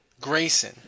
Grayson